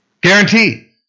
Guarantee